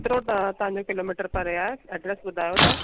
केतिरो त तव्हांजे किलोमीटर परे आहे एड्रैस ॿुधायो तव्हां